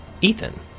Ethan